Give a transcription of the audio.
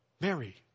Mary